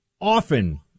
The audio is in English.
often